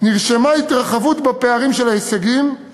נרשמה התרחבות בפערים בין ההישגים של